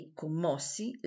commossi